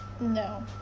No